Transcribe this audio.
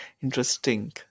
interesting